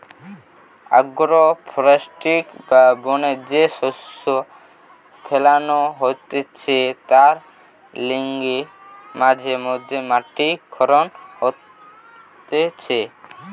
agro forestry বা বনে যে শস্য ফোলানো হতিছে তার লিগে মাঝে মধ্যে মাটি ক্ষয় হতিছে